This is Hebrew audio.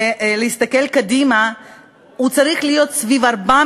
ואני לא רוצה להגיד את השם,